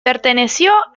perteneció